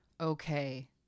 Okay